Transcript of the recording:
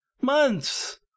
Months